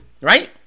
right